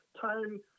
time